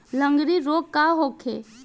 लगंड़ी रोग का होखे?